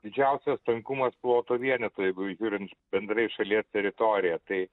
didžiausias tankumas ploto vienetų jeigu žiūrim bendrai šalies teritoriją tai